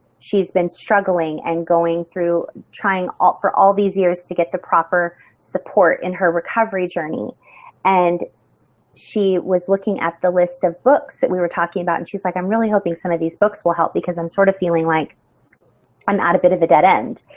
she's been struggling and going through trying all for all these years to get the proper support in her recovery journey and she was looking at the list of books that we were talking about and she's like i'm really hoping some of these books will help me because i'm sort of feeling like i'm at a bit of a dead end.